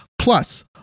Plus